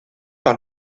par